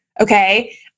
Okay